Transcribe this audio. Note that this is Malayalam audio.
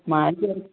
മാറ്റിവെ